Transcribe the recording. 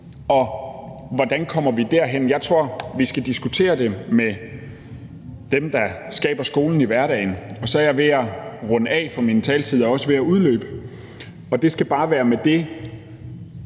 og hvordan kommer vi derhen? Jeg tror, vi skal diskutere det med dem, der skaber skolen i hverdagen. Så er jeg ved at runde af, for min taletid er også ved at udløbe. Det skal bare være med den